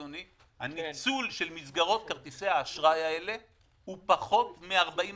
הניצול של מסגרות כרטיסי האשראי האלה הוא פחות מ-40%.